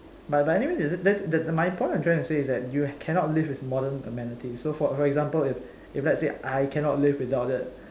but anyway that that my point I'm trying to say is that you cannot live with modern amenities so for example if let's say I cannot live without it